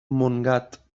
montgat